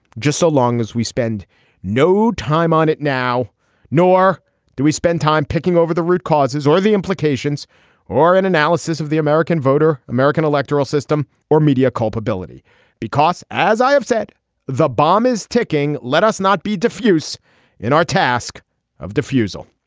just so long as we spend no time on it now nor do we spend time picking over the root causes or the implications or an analysis of the american voter. american electoral system or media culpability because as i have said the bomb is ticking. let us not be diffuse in our task of refusal